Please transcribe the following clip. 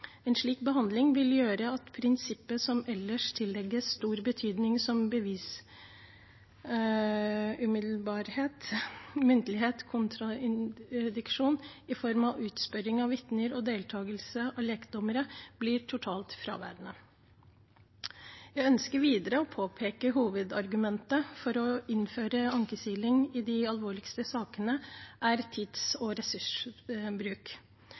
En slik behandling vil gjøre at prinsipper som ellers tillegges stor betydning som bevis – umiddelbarhet, muntlighet, kontradiksjon i form av utspørring av vitner og deltakelse av lekdommere – blir totalt fraværende. Jeg ønsker videre å påpeke at hovedargumentet for å innføre ankesiling i de alvorligste sakene er tid- og ressursbruk.